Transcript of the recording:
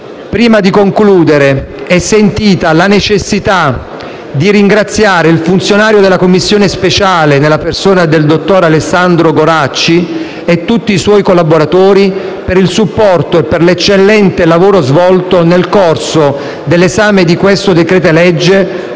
Prima di concludere sento la necessità di ringraziare il funzionario della Commissione speciale sugli atti urgenti del Governo, nella persona del dottor Alessandro Goracci, e tutti i suoi collaboratori per il supporto e l'eccellente lavoro svolto nel corso dell'esame di questo decreto-legge,